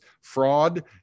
fraud